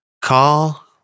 Call